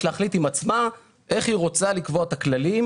להחליט עם עצמה איך היא רוצה לקבוע את הכללים